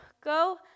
Go